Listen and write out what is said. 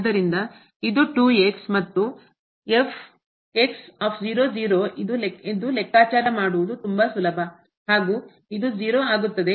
ಆದ್ದರಿಂದ ಇದು ಮತ್ತು ಇದು ಲೆಕ್ಕಾಚಾರ ಮಾಡುವುದು ತುಂಬಾ ಸುಲಭ ಹಾಗೂ ಇದು ಆಗುತ್ತದೆ